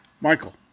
Michael